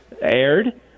aired